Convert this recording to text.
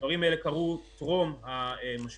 הדברים האלה קרו טרום המשבר,